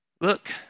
Look